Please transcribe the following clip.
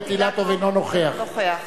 אינו נוכח